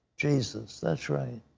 jesus that's right,